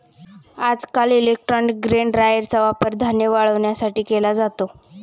आजकाल electronic grain ड्रायरचा वापर धान्य वाळवण्यासाठी केला जातो